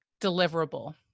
deliverable